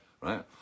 right